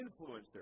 influencers